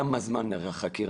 כמה זמן נערכת חקירה?